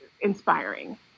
inspiring